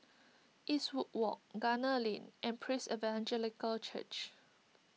Eastwood Walk Gunner Lane and Praise Evangelical Church